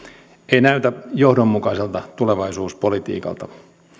ei näytä johdonmukaiselta tulevaisuuspolitiikalta